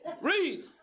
Read